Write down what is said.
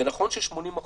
זה נכון ש-80%